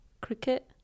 Cricket